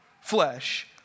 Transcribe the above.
flesh